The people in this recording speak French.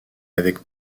avec